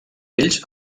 ells